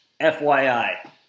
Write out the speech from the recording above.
fyi